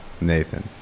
Nathan